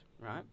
right